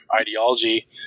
ideology